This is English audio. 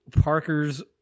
parker's